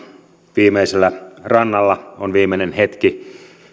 viimeisellä rannalla on viimeinen hetki